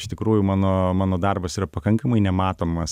iš tikrųjų mano mano darbas yra pakankamai nematomas